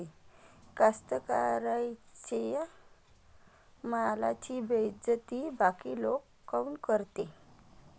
कास्तकाराइच्या मालाची बेइज्जती बाकी लोक काऊन करते?